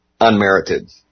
unmerited